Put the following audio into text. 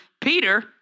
Peter